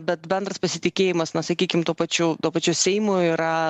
bet bendras pasitikėjimas na sakykim tuo pačiu tuo pačiu seimu yra